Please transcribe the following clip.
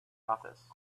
office